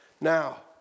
Now